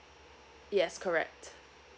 yes correct